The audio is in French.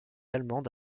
allemande